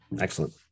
Excellent